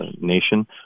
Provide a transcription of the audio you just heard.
nation